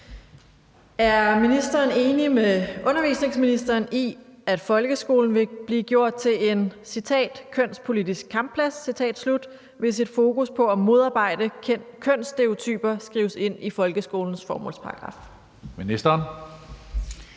Er ministeren enig med undervisningsministeren i, at folkeskolen vil blive gjort til en »kønspolitisk kampplads«, hvis et fokus på at modarbejde kønsstereotyper skrives ind i folkeskolens formålsparagraf? Skriftlig